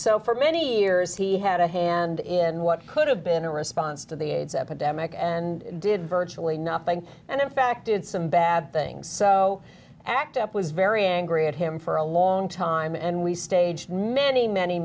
so for many years he had a hand in what could have been a response to the aids epidemic and did virtually nothing and in fact in some bad things so act up was very angry at him for a long time and we staged many many